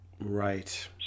right